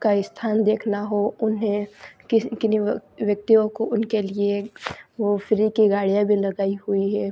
का स्थान देखना हो उन्हें किस किन्हीं व्यक्तियों को उनके लिए वो फ्री की गाडियाँ भी लगाई हुई है